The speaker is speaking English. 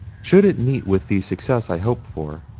should it meet with the success i hope for,